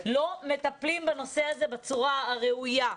לא מטפלים בנושא הזה בצורה הראויה.